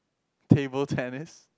table tennis